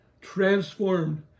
transformed